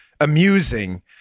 amusing